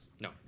No